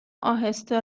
اهسته